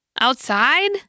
Outside